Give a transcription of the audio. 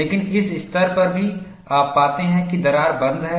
लेकिन इस स्तर पर भी आप पाते हैं कि दरार बंद है